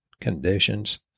conditions